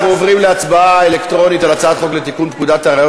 אנחנו עוברים להצבעה אלקטרונית על הצעת חוק לתיקון פקודת הראיות